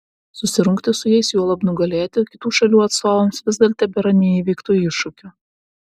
susirungti su jais juolab nugalėti kitų šalių atstovams vis dar tebėra neįveiktu iššūkiu